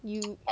you